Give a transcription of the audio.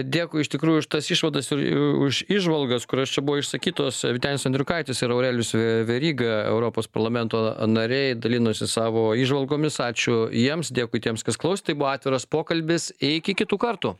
dėkui iš tikrųjų už tas išvadas ir i už įžvalgas kurios čia buvo išsakytos vytenis andriukaitis ir aurelijus ve veryga europos parlamento nariai dalinosi savo įžvalgomis ačiū jiems dėkui tiems kas klausė tai buvo atviras pokalbis iki kitų kartų